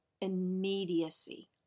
immediacy